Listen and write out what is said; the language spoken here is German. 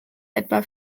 etwa